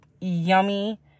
yummy